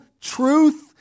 truth